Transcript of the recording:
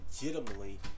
legitimately